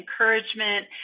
encouragement